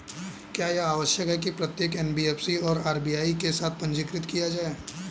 क्या यह आवश्यक है कि प्रत्येक एन.बी.एफ.सी को आर.बी.आई के साथ पंजीकृत किया जाए?